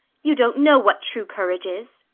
you don't know what true courage is.